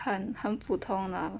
很很普通 lah